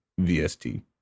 VST